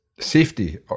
safety